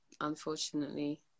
unfortunately